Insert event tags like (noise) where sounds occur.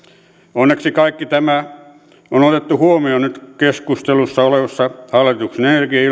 onneksi kaikki tämä on otettu huomioon nyt keskustelussa olevassa hallituksen energia ja (unintelligible)